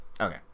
okay